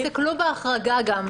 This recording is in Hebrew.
תסתכלו בהחרגה גם.